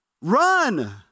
Run